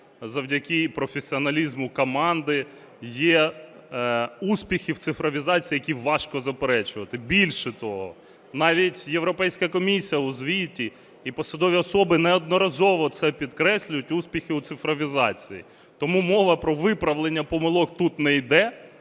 завдяки і професіоналізму команди є успіхи в цифровізації, які важко заперечувати. Більше того, навіть Європейська комісія у звіті і посадові особи неодноразово це підкреслюють, успіхи у цифровізації. Тому мова про виправлення помилок тут не йде.